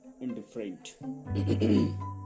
indifferent